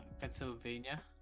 Pennsylvania